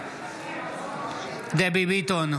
בעד דבי ביטון,